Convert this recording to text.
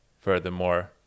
furthermore